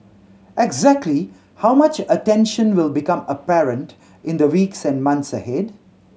exactly how much attention will become apparent in the weeks and months ahead